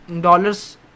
dollars